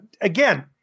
again